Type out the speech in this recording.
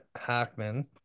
Hackman